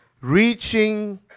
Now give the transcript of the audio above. reaching